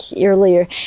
earlier